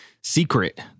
secret